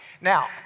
Now